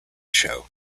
show